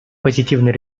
позитивный